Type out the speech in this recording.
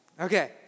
Okay